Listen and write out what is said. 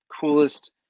coolest